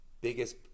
biggest